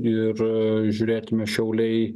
ir žiūrėtume šiauliai